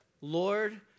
Lord